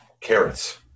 Carrots